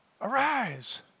Arise